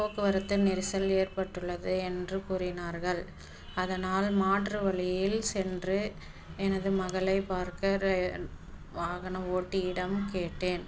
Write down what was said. போக்குவரத்து நெரிசல் ஏற்ப்பட்டுள்ளது என்று கூறினார்கள் அதனால் மாற்று வழியில் சென்று எனது மகளை பார்க்க வாகன ஓட்டியிடம் கேட்டேன்